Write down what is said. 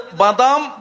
badam